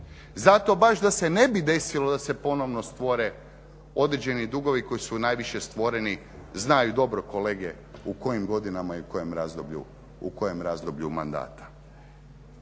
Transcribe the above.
Zato baš da se ne bi desilo da se ponovo stvore određeni dugovi koji su najviše stvoreni, znaju dobro kolege u kojim godinama i u kojem razdoblju mandata.